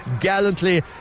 gallantly